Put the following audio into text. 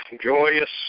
joyous